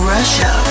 Russia